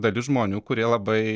dalis žmonių kurie labai